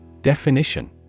Definition